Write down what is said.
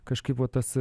kažkaip vat tas